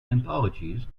anthologies